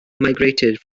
migrated